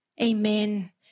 Amen